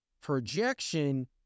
projection